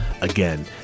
Again